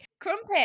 Crumpet